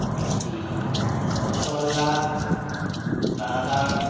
মিষ্টি রসগোল্লা দানাদার